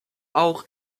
auch